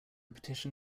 petition